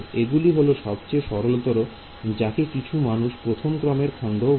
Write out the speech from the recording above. এগুলি হল সবচেয়ে সরলতর যাকে কিছু মানুষ প্রথম ক্রোমের খন্ড বলে